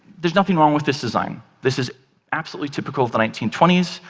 there's nothing wrong with this design. this is absolutely typical of the nineteen twenty s.